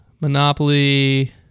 monopoly